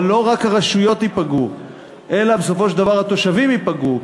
אבל לא רק הרשויות ייפגעו אלא בסופו של דבר התושבים ייפגעו,